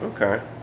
okay